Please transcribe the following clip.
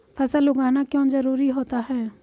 फसल उगाना क्यों जरूरी होता है?